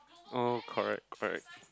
oh okay okay